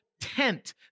tent